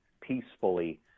peacefully